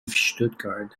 stuttgart